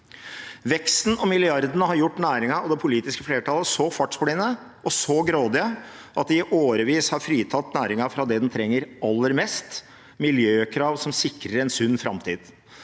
Veksten og milliardene har gjort næringen og det politiske flertallet så fartsblinde og så grådige at de i årevis har fritatt næringen fra det den trenger aller mest: miljøkrav som sikrer en sunn framtid.